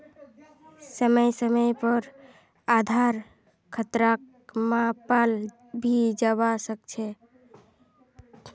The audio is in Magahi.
समय समय पर आधार खतराक मापाल भी जवा सक छे